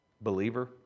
believer